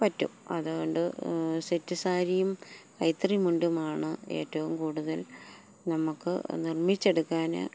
പറ്റും അതുകൊണ്ട് സെറ്റ് സാരിയും കൈത്തറി മുണ്ടുമാണ് ഏറ്റവും കൂടുതൽ നമുക്ക് നിർമ്മിച്ചെടുക്കാന്